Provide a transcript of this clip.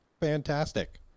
fantastic